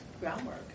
groundwork